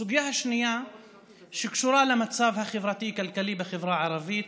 הסוגיה השנייה קשורה למצב החברתי-כלכלי בחברה הערבית.